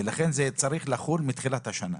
ולכן זה צריך לחול מתחילת השנה.